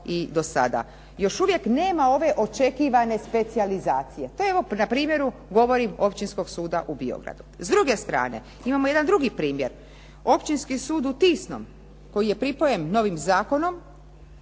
i do sada. Još uvijek nema ove očekivane specijalizacije. To govorim na primjeru Općinskog suda u Biogradu. S druge strane imamo jedan drugi primjer. Općinski sud u Tisnom koji je pripojen novim zakonom